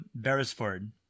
Beresford